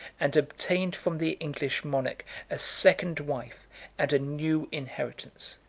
and obtained from the english monarch a second wife and a new inheritance.